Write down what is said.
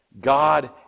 God